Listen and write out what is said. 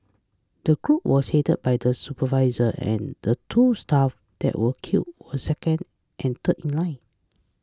the group was headed by the supervisor and the two staff that were killed were second and third in line